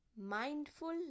mindful